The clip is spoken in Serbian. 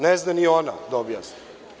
Ne zna ni ona da objasni.